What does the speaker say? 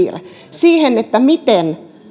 siihen miten